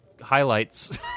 highlights